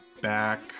back